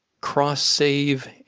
cross-save